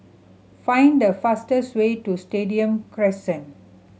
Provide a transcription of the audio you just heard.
find the fastest way to Stadium Crescent